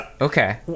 okay